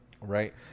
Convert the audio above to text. right